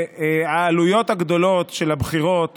והעלויות הגדולות של הבחירות